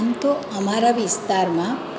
આમ તો અમારા વિસ્તારમાં